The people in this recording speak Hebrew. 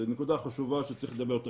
זו נקודה חשובה שצריך לדבר עליה,